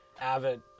avid